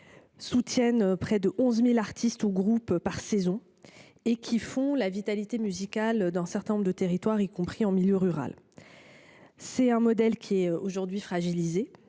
soutiennent près de 11 000 artistes ou groupes par saison. Elles assurent la vitalité musicale d’un certain nombre de territoires, y compris ruraux. Ce modèle est aujourd’hui fragilisé,